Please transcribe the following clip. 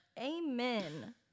Amen